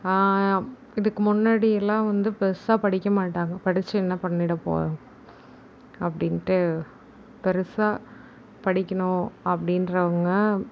இதுக்கு முன்னாடியெல்லாம் வந்து பெருசாக படிக்க மாட்டாங்க படிச்சு என்ன பண்ணிவிட போகிறோம் அப்படின்ட்டு பெருசாக படிக்கணும் அப்படின்றவங்க